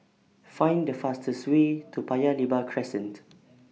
Find The fastest Way to Paya Lebar Crescent